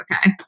okay